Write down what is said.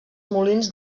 molins